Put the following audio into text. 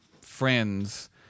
friends